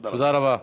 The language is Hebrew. תודה רבה.